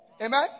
Amen